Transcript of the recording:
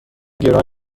گران